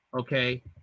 okay